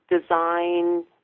design